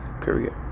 Period